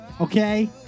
okay